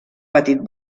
petit